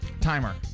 timer